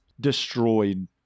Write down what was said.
destroyed